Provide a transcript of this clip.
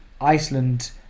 Iceland